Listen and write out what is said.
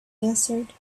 answered